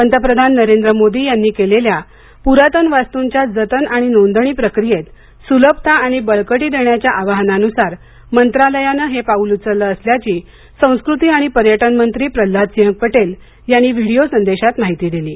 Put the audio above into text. पंतप्रधान नरेंद्र मोदी यांनी केलेल्या पुरातन वास्तूंच्या जतन आणि आणि नोंदणी प्रक्रियेत सुलभता आणि बळकटी देण्याच्या आवाहनानुसार मंत्रालयाने हे पूल उचललं असल्याचं संस्कृती आणि पर्यटन मंत्री प्रह्नाद सिंग पटेल यांनी व्हिडीओ संदेशात म्हटलं आहे